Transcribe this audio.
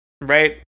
right